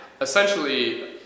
Essentially